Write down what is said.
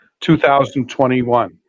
2021